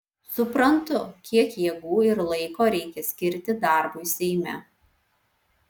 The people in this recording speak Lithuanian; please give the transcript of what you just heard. suprantu kiek jėgų ir laiko reikia skirti darbui seime